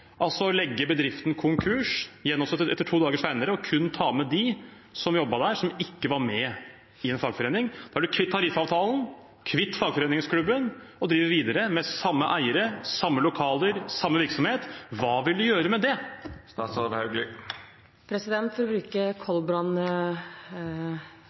altså å slå bedriften konkurs, gjenoppstå to dager senere, og kun ta med dem som jobbet der, som ikke var med i en fagforening. Da er man kvitt tariffavtalen og kvitt fagforeningsklubben og driver videre med samme eiere, i samme lokaler, med samme virksomhet. Hva vil statsråden gjøre med det? For å bruke